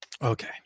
Okay